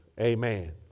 Amen